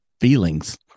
feelings